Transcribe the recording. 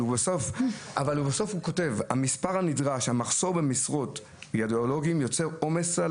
אבל בסוף הוא כותב: המחסור במשרות רדיולוגים יוצר עומס על